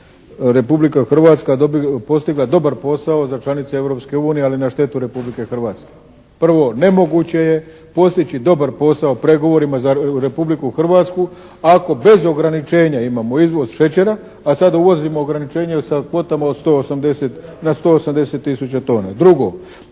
Republika Hrvatska postigla dobar posao za članice Europske unije, ali na štetu Republike Hrvatske. Prvo, nemoguće je postići dobar posao u pregovorima za Republiku Hrvatsku ako bez ograničenja imamo izvoz šećera, a sad uvozimo ograničenje sa kvotama od 180, na 180